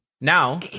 now